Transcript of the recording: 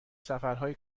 سفرهای